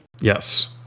Yes